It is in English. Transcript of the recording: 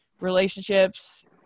relationships